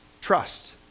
Trust